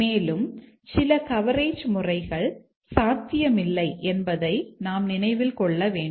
மேலும் சில கவரேஜ் முறைகள் சாத்தியமில்லை என்பதை நாம் நினைவில் கொள்ள வேண்டும்